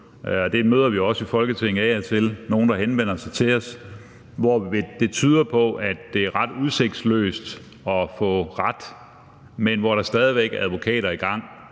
Vi møder også i Folketinget af og til nogle, der henvender sig til os om sager, hvor det tyder på, at det er ret udsigtsløst at få ret, men hvor der stadig væk er advokater i gang